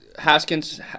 Haskins